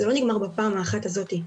זה לא נגמר בפעם האחת הזאת,